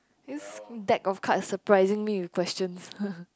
this deck of card is surprising me with questions